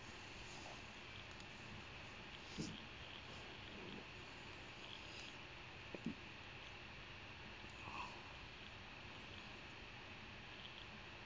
okay